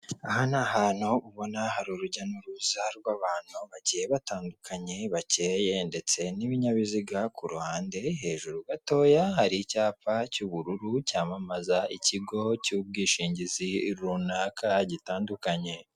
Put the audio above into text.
Aha ni ahantu ubona hari urujya n'uruza rw'abantu bagiye batandukanye bakeye ndetse n'ibinyabiziga ku ruhande, hejuru gatoya hari icyapa cy'ubururu cyamamaza ikigo cy'ubwishingizi runaka gitandukanye.